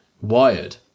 wired